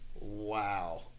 Wow